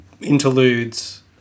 interludes